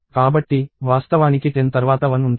కాబట్టి వాస్తవానికి 10 తర్వాత 1 ఉంటుంది